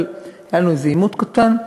אבל היה לנו עימות קטן,